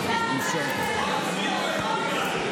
אתם המושחתים.